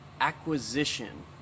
acquisition